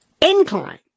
Incline